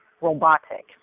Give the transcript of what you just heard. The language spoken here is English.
robotic